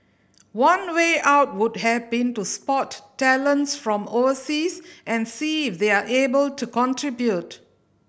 one way out would have been to spot talents from overseas and see if they're able to contribute